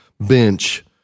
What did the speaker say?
bench